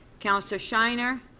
councillor shiner?